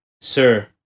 Sir